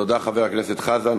תודה, חבר הכנסת חזן.